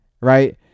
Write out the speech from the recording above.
right